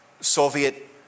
Soviet